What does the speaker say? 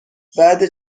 بعد